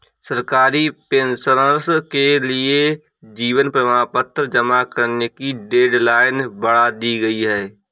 सरकारी पेंशनर्स के लिए जीवन प्रमाण पत्र जमा करने की डेडलाइन बढ़ा दी गई है